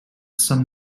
some